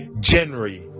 january